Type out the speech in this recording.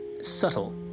subtle